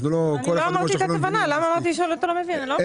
כל אחד אומר שאנחנו לא מבינים מספיק.